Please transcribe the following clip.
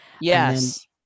yes